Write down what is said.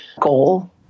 goal